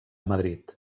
madrid